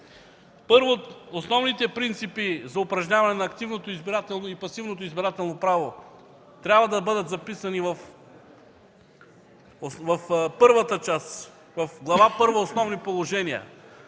Първо, основните принципи за упражняване на активното избирателно и пасивното избирателно право трябва да бъдат записани в първата част – в Глава